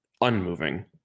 unmoving